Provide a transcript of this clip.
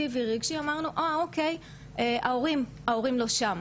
כי גם כשההורים מאוד מעורבים זה מסוג הדברים שאנחנו לא נספר להורים.